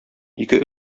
ике